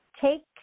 take